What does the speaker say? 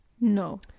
No